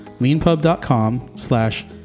leanpub.com/slash